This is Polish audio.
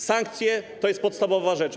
Sankcje to jest podstawowa rzecz.